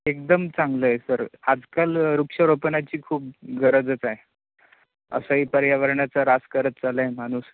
एकदम चांगलं आहे सर आजकाल वृक्षाक्षरोपणाची खूप गरजच आहे असाही पर्यावरणाचा ऱ्हास करत चाललाय माणूस